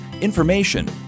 information